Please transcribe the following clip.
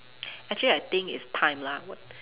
actually I think it's time lah what